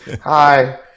Hi